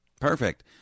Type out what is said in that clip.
Perfect